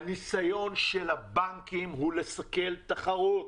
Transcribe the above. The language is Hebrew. הניסיון של הבנקים הוא לסכל תחרות.